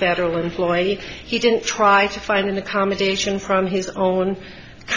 federal employee he didn't try to find an accommodation from his own